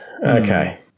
Okay